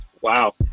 Wow